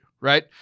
right